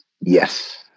Yes